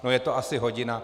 Je to asi hodina.